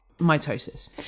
mitosis